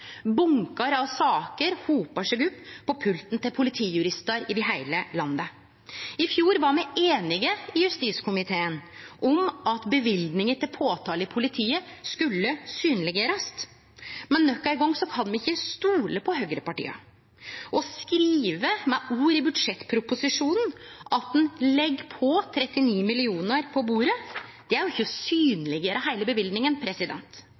av saker hopar seg opp på pulten til politijuristar over heile landet. I fjor var me i justiskomiteen einige om at løyvinga til påtale i politiet skulle synleggjerast, men nok ein gong kan me ikkje stole på høgrepartia. Å skrive med ord i budsjettproposisjonen at ein legg 39 mill. kr på bordet, er ikkje å synleggjere heile